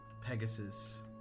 pegasus